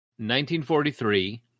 1943